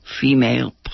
female